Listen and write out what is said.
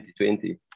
2020